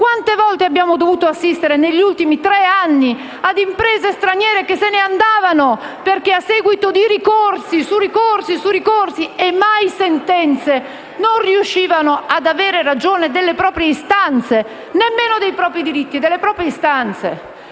Quante volte abbiamo dovuto vedere, negli ultimi tre anni, imprese straniere che andavano via a seguito di ricorsi e ricorsi e mai sentenze, perché non riuscivano ad avere ragione delle proprie istanze! Neanche dei propri diritti, ma delle proprie istanze!